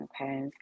okay